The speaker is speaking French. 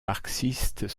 marxistes